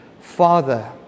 Father